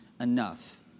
enough